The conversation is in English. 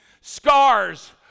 Scars